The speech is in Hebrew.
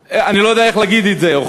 אני לא יודע איך להגיד את זה,